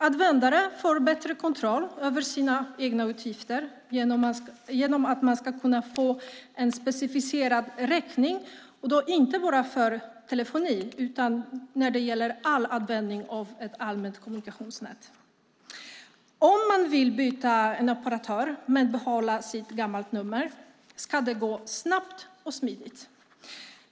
Användare får bättre kontroll över sina egna utgifter genom att man ska kunna få en specificerad räkning, och det gäller inte bara telefoni utan all användning av ett allmänt kommunikationsnät. Om man vill byta operatör men behålla sitt gamla nummer ska det gå snabbt och smidigt.